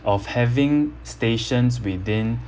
of having stations within